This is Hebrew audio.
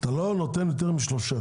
אתה לא נותן יותר משלושה.